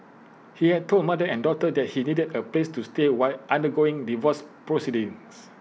he had told mother and daughter that he needed A place to stay while undergoing divorce proceedings